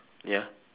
ya